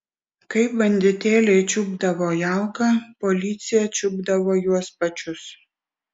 kai banditėliai čiupdavo jauką policija čiupdavo juos pačius